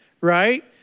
right